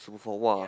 super four !wah!